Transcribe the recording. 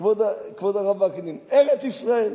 כבוד הרב וקנין, ארץ-ישראל.